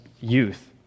youth